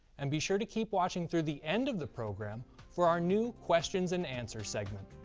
and be sure to keep watching through the end of the program for our new questions and answer segment.